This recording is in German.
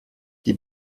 die